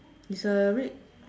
is a red